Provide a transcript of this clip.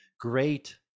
great